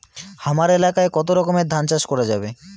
হামার এলাকায় কতো রকমের ধান চাষ করা যাবে?